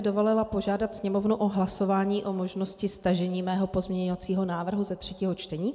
Dovolila bych si požádat Sněmovnu o hlasování o možnosti stažení mého pozměňovacího návrhu ze třetího čtení.